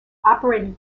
operated